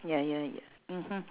ya ya ya mmhmm